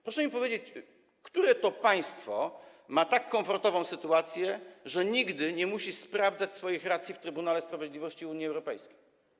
Proszę mi powiedzieć, które to państwo ma tak komfortową sytuację, że nigdy nie musi sprawdzać swoich racji w Trybunale Sprawiedliwości Unii Europejskiej.